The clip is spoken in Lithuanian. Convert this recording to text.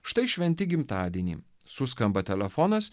štai šventi gimtadienį suskamba telefonas